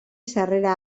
sarrera